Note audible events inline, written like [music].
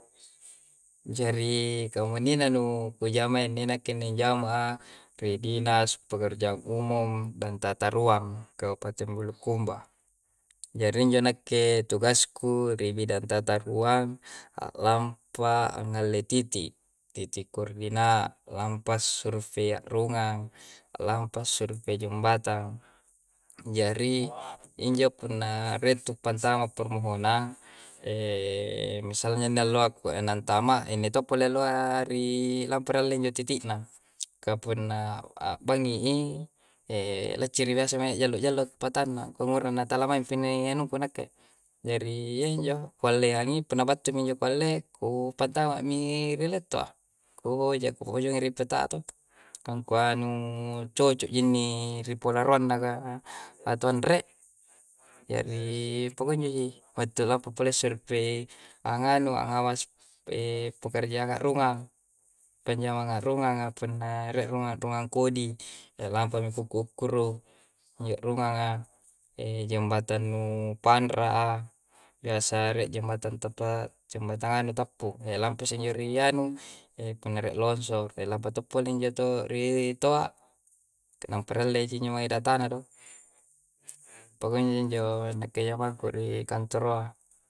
Jari kamunnina nu ku jamayya inni, nakke inni anjama a ri dinas pekerjaan umum dan tata ruang kabupaten bulukumba. Jari injo nakke tugasku ri bidang tata ruang, a'lampa angngalle titi', titi' koordina', a'lampa survei a'rungang, a'lampa survei jumbatang. Jari, injo punna rie' tu pantama permohonang, [hesitation] misalnya inni alloa nantama, inni to' pole alloa ri lampa nialle injo titi'na. Ka punna a'bangngi i, elacciri biasa mange ajjallo'-jallo patanna ko ngura na tala maimpi inni anungku nakke. Jari iyya injo, kualleangi, punna battu mi injo kualle, kupantama'mi ri letto'a, kuhoja kupa'bajuangi ri peta' a toh. Angkua nu cocok ji inni ri polaroanna kah atau anre'? Jariii pakunjo ji. Battu pole lampa survei angnganu, angngawas [hesitation] pekerjaan a'rungngang, panjamaang a'rungnganga punna rie a'rungang-rungang kodi. Lampa mi ku ukku'-ukkuru injo a'runganga, ejembatang nu panra'a. Biasa rie jembatang tappa, jembatang anu tappu. Elampasse injo ri anu, epunna rie lonsor, elampa to' pole injo to ri toa'. Nampa rialle ji injo mange datana do. Pakunjo ji injo nakke jamangku ri kantoroa.